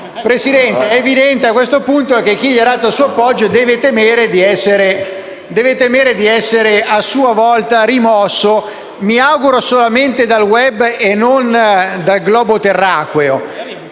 Presidente, è evidente a questo punto che chi gli ha dato il suo appoggio deve temere di essere a sua volta rimosso, e mi auguro solamente dal *web* e non dal globo terracqueo.